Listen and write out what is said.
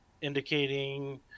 indicating